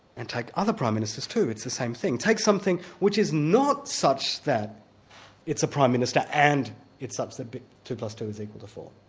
and take other prime ministers too it's the same thing. take something which is not such that it's a prime minister and it's such that two plus two is equal to four.